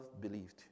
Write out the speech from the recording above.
believed